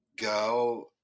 go